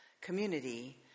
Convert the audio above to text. community